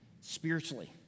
spiritually